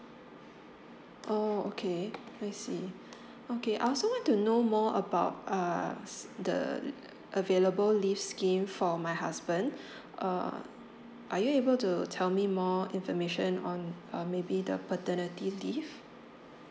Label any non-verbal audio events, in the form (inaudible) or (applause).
oh okay I see okay I also want to know more about uh s~ the available leave scheme for my husband (breath) uh are you able to tell me more information on um maybe the paternity leave